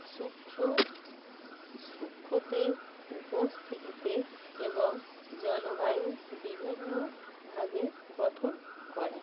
শুকনো শুকনোদের উপস্থিতিতে এবং জলবায়ুর বিভিন্ন ভাগে গঠন করা